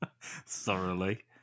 Thoroughly